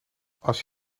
als